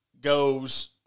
goes